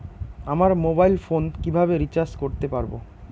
আমার mobile phone কিভাবে recharge করতে পারব?